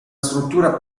struttura